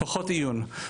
פחות עיון.